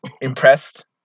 impressed